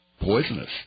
poisonous